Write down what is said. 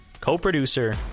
co-producer